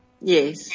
Yes